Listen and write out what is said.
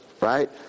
right